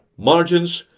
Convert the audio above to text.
margins,